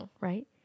Right